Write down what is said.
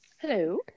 Hello